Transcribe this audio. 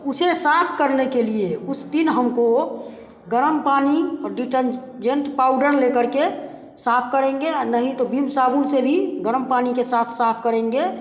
उसे साफ़ करने के लिए उस दिन हमको गर्म पानी और डिटर्जेंट पाउडर ले करके साफ़ करेंगे आ नहीं तो बिम साबुन से भी गर्म पानी के साथ साफ़ करेंगे